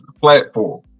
platform